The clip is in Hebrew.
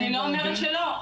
אני לא אומרת שלא,